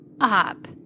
up